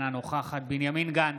אינה נוכחת בנימין גנץ,